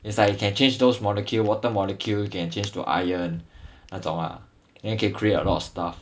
it's like you can change those molecule water molecule can change to iron 那种啊 then can create a lot of stuff